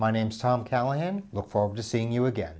my name's tom callahan look forward to seeing you again